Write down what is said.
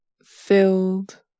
filled